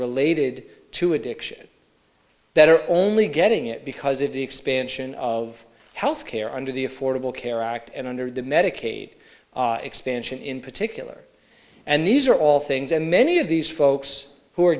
related to addiction that are only getting it because of the expansion of health care under the affordable care act and under the medicaid expansion in particular and these are all things and many of these folks who are